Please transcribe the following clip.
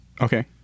Okay